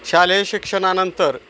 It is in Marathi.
शालेय शिक्षणानंतर